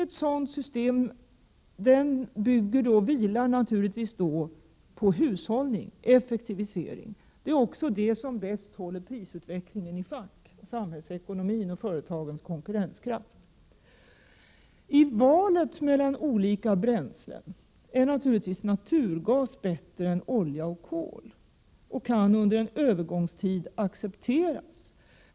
Ett sådant system vilar naturligtvis på hushållning och effektivisering. Det är också detta som bäst håller prisutvecklingen i schack — samhällsekonomin och företagens konkurrenskraft. I valet mellan olika bränslen är naturligtvis naturgas bättre än olja och kol och kan under en övergångstid accepteras.